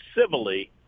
civilly